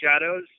shadows